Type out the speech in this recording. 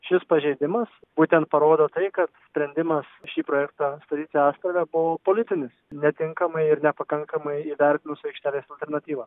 šis pažeidimas būtent parodo tai kad sprendimas šį projektą statyti astrave buvo politinis netinkamai ir nepakankamai įvertinus aikštelės alternatyvą